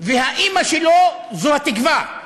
והאימא שלו זו התקווה.